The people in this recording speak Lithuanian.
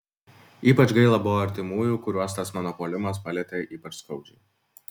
ypač gaila buvo artimųjų kuriuos tas mano puolimas palietė ypač skaudžiai